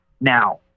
Now